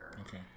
Okay